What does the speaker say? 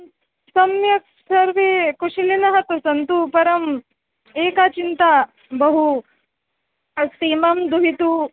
सम्यक् सर्वे कुशलिनः तु सन्तु परम् एका चिन्ता बहु अस्ति मम् दुहितुः